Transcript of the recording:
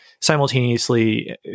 simultaneously